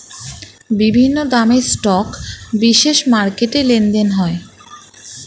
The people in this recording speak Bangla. বিভিন্ন দামের স্টক বিশেষ মার্কেটে লেনদেন হয়